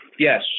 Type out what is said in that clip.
Yes